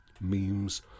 Memes